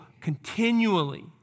continually